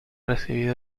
recibida